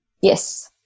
Yes